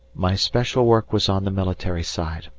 my special work was on the military side,